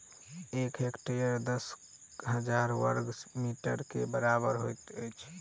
एक हेक्टेयर दस हजार बर्ग मीटर के बराबर होइत अछि